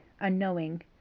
unknowing